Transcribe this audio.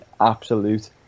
absolute